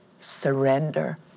surrender